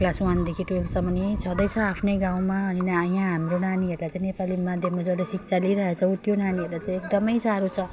class वानदेखि टुवेल्भसम्म नै छँदैछ आफ्नै गाउँमा होइन यहाँ हाम्रो नानीहरूलाई चाहिँ नेपाली माध्यममा जसले शिक्षा लिइराखेको छ ऊ त्यो नानीहरूलाई चाहिँ एकदमै साह्रो छ